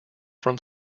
from